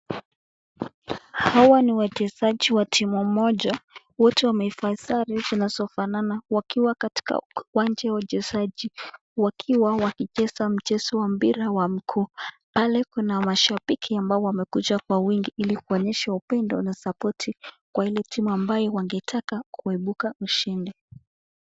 Hawa ni wachezaji wa timu moja, wote wamevaa sare zinazofanana wakiwa katika uwanja wa wachezaji, wakiwa wakicheza mchezo wa mpira wa mguu, pale kuna mashabiki ambao wamekuja kwa wingi ili kuonyesha upendo na sapoti kwa ile timu ambayo wangetaka kuibuka mshindi.